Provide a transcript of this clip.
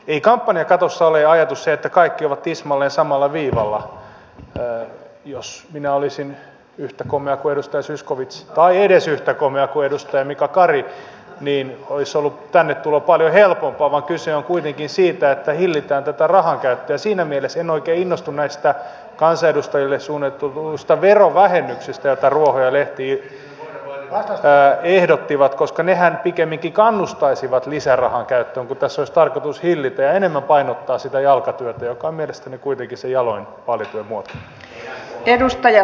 ei kampanjakatossa ole ajatus se että kaikki ovat tismalleen samalla viivalla jos minä olisin yhtä komea kuin edustaja zyskowicz tai edes yhtä komea kuin edustaja mika kari niin olisi ollut tänne tulo paljon helpompaa vaan kyse on kuitenkin siitä että hillitään tätä rahankäyttöä ja siinä mielessä en oikein innostu näistä kansanedustajille suunnitelluista verovähennyksistä joita ruoho ja lehti ehdottivat koska nehän pikemminkin kannustaisivat lisärahan käyttöön kun tässä olisi tarkoitus hillitä sitä ja enemmän painottaa sitä jalkatyötä joka on mielestäni kuitenkin se jaloin vaalityön muoto